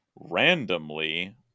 randomly